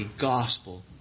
gospel